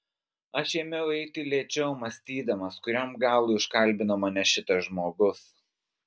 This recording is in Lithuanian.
aš ėmiau eiti lėčiau mąstydamas kuriam galui užkalbino mane šitas žmogus